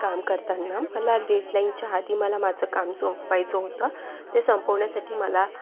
काम करताना मला डेडलाईनच्या आधी मला माझं काम संपवायचं होत ते संपवण्यासाठी मला